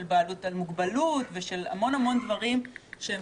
של בעלי מוגבלות ושל המון דברים שהם